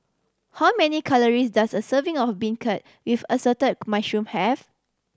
how many calories does a serving of beancurd with assorted mushroom have